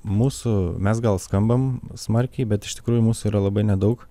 mūsų mes gal skambam smarkiai bet iš tikrųjų mūsų yra labai nedaug